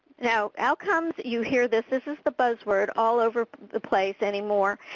now outcomes you hear this, this this the buzzword all over the place anymore,